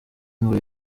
ngo